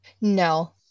No